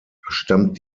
stammt